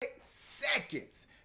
seconds